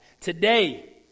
Today